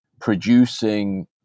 producing